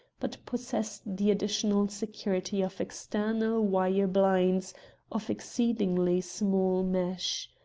but possessed the additional security of external wire blinds of exceedingly small mesh.